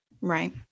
Right